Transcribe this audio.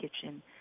kitchen